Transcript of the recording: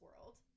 World